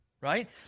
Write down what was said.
right